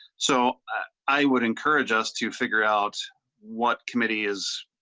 so i would encourage us to figure out what committee is.